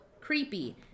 creepy